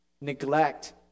neglect